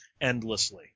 endlessly